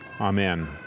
Amen